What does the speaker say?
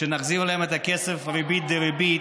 נחזיר להם את הכסף בריבית דריבית,